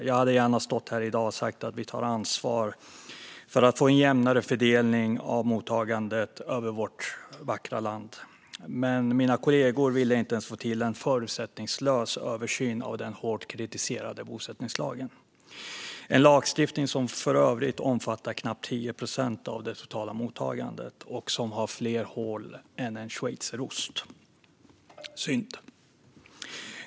Jag hade gärna stått här i dag och sagt att vi tar ansvar för att få en jämnare fördelning av mottagandet över vårt vackra land. Men mina kollegor ville inte ens få till en förutsättningslös översyn av den hårt kritiserade bosättningslagen. Det är en lagstiftning som för övrigt omfattar knappt 10 procent av det totala mottagandet och som har fler hål än en schweizerost - synd.